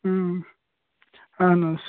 اَہَن حظ